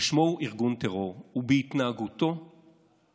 ושמו הוא ארגון טרור, בהתנהגותו ובדרכיו,